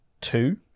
two